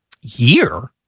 Year